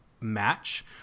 match